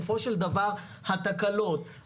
הנושא שאנחנו דנים בו היום הוא התנהלות מוקדי